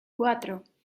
cuatro